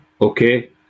Okay